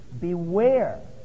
beware